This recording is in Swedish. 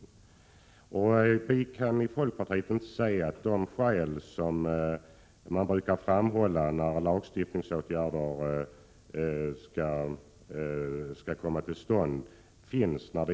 I folkpartiet kan vi just när det gäller stiftelser inte se att de skäl föreligger som brukar framhållas när lagstiftningsåtgärder skall vidtas.